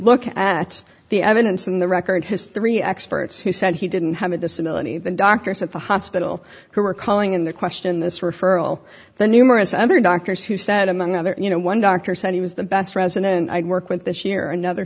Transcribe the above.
look at the evidence in the record his three experts who said he didn't have a disability the doctors at the hospital who are calling into question this referral the numerous other doctors who said among other you know one doctor said he was the best president i'd work with this year another